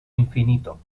infinito